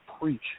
preach